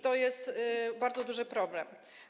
To jest bardzo duży problem.